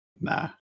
Nah